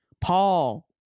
paul